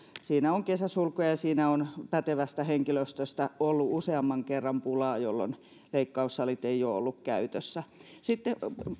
on ollut kesäsulkuja ja pätevästä henkilöstöstä useamman kerran pulaa jolloin leikkaussalit eivät ole olleet käytössä sitten